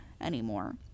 anymore